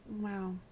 Wow